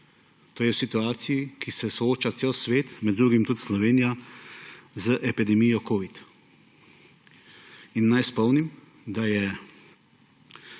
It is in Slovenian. to je situacija, s katero se sooča cel svet, med drugim tudi Slovenija, z epidemijo covida. In naj spomnim, da je